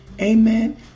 Amen